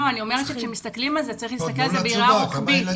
אני אומרת רק שכשמסתכלים על זה צריך להסתכל על זה בראייה רוחבית.